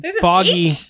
Foggy